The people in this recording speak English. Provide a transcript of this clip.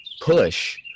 push